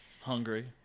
Hungry